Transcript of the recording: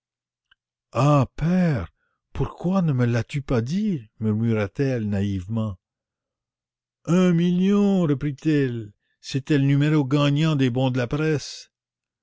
père pourquoi ne me l'as-tu pas dit murmura-t-elle naïvement un million reprit-il c'était le numéro gagnant des bons de la presse